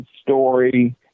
story